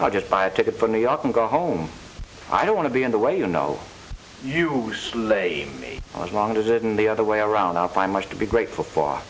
i'll just buy a ticket for new york and go home i don't want to be in the way you know you as long as it and the other way around i find much to be grateful for